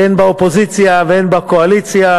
שאין בה אופוזיציה ואין בה קואליציה,